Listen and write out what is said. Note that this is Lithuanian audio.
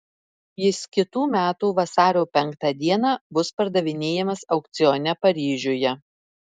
jis kitų metų vasario penktą dieną bus pardavinėjamas aukcione paryžiuje